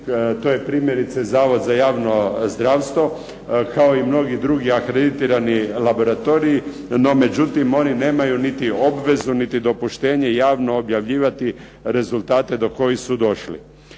To je primjerice Zavod za javno zdravstvo kao i mnogi drugi akreditirani laboratoriji. No međutim, oni nemaju niti obvezu niti dopuštenje javno objavljivati rezultate do kojih su došli.